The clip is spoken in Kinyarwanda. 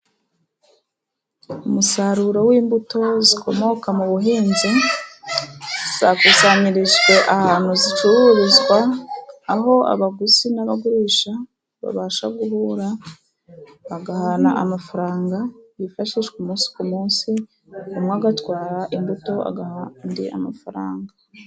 Umusaruro w'imbuto zikomoka mu buhinzi, zakusanyirijwe, ahantu zicururizwa, aho abaguzi n'abagurisha babasha guhura, bagahana amafaranga, yifashishwa umunsi ku munsi, umwe agatwara imbuto agaha undi amafaranga.